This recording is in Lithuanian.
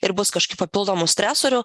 ir bus kažkaip papildomų stresorių